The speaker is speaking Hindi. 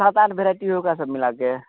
सात आठ भेराइटी होगा सब मिलाकर